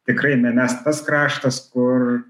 tikrai ne mes tas kraštas kur